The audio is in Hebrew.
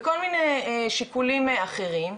וכל מיני שיקולים אחרים,